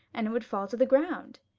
and it would fall to the ground.